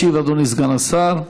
ישיב אדוני סגן השר.